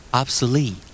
obsolete